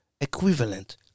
equivalent